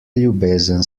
ljubezen